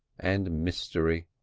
and mystery.